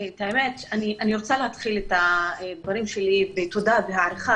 אני רוצה להתחיל את הדברים שלי בתודה ובהערכה